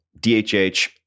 DHH